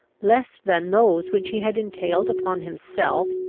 less than those which he had entailed upon himself,